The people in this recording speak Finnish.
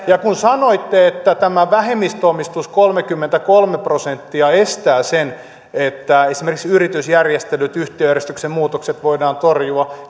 ja kun sanoitte että tämä vähemmistöomistus kolmekymmentäkolme prosenttia mahdollistaa sen että esimerkiksi yritysjärjestelyt ja yhtiöjärjestyksen muutokset voidaan torjua